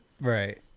Right